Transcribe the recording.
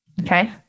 Okay